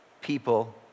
people